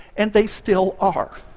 and they still are.